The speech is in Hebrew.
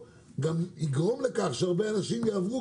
היא אמורה להיות שרה תורנית במליאה ברגעים אלו.